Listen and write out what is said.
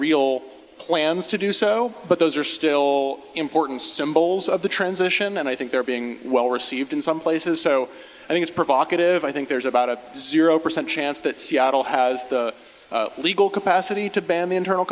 real plans to do so but those are still important symbols of the transition and i think they're being well received in some places so i think it's provocative i think there's about a zero percent chance that seattle has the legal capacity to ban the internal